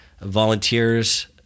volunteers